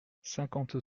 cinquante